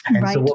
Right